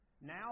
Now